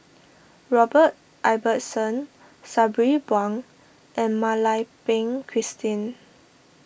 Robert Ibbetson Sabri Buang and Mak Lai Peng Christine